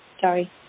Sorry